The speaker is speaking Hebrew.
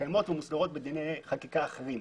אלו מוסדרים בחומרי חקיקה אחרים.